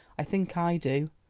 i think i do.